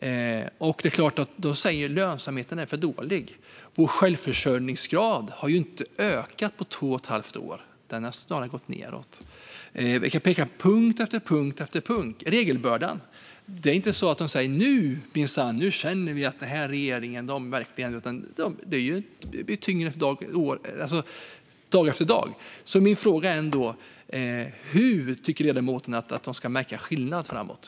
De säger att lönsamheten är för dålig. Vår självförsörjningsgrad har ju inte ökat på två och ett halvt år, utan snarare gått ned. Vi kan peka på punkt efter punkt. När det gäller regelbördan säger inte bönderna: Nu känner vi minsann att regeringen verkligen gör något. Det blir i stället tyngre dag för dag. Hur tycker ledamoten att de kan märka en skillnad framöver?